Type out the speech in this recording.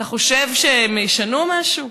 אתה חושב שהם ישנו משהו?